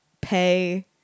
pay